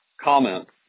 comments